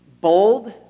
bold